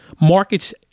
markets